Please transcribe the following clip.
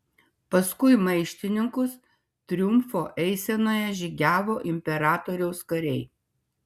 paskui maištininkus triumfo eisenoje žygiavo imperatoriaus kariai